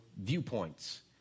viewpoints